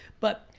but,